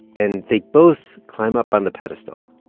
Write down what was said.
and they both climb up on the pedestal,